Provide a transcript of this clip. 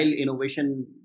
innovation